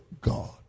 god